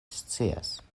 scias